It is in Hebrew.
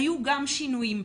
היו שינויים.